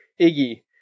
Iggy